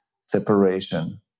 separation